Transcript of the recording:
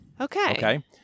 Okay